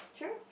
true